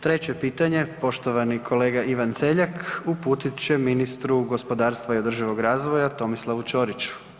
Treće pitanje poštovani Ivan Celjak uputit će ministru gospodarstva i održivog razvoja Tomislavu Ćoriću.